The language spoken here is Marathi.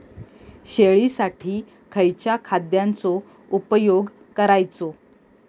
शेळीसाठी खयच्या खाद्यांचो उपयोग करायचो?